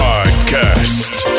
Podcast